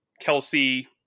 Kelsey